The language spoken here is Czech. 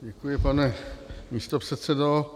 Děkuji, pane místopředsedo.